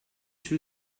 two